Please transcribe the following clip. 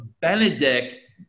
Benedict